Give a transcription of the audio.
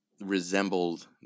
resembled